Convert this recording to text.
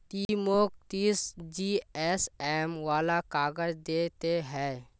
ती मौक तीस जीएसएम वाला काग़ज़ दे ते हैय्